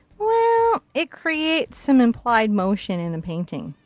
well. it creates some implied motion in the painting.